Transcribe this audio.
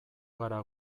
gara